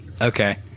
Okay